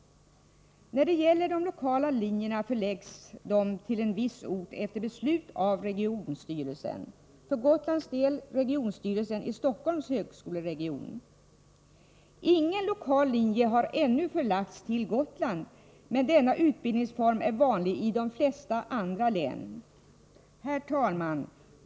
De lokala linjerna förläggs till en viss ort efter beslut av regionstyrelsen — för Gotlands del regionstyrelsen i Stockholms högskoleregion. Ingen lokal linje har ännu förlagts till Gotland, men denna utbildningsform är vanlig i de flesta andra län. Herr talman!